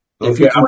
Okay